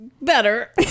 Better